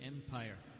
Empire